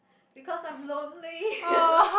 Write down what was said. because I am lonely